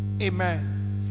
Amen